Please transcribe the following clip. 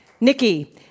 Nikki